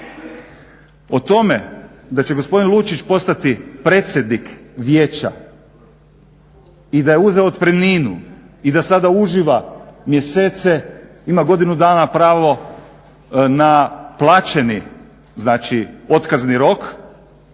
O tome da će gospodin Lučić postati predsjednik Vijeća i da je uzeo otpremninu i da sada uživa mjesece, ima godinu dana pravo na plaćeni znači otkazni rok.